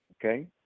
okay